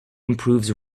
improves